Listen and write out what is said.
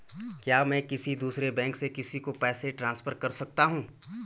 क्या मैं किसी दूसरे बैंक से किसी को पैसे ट्रांसफर कर सकता हूँ?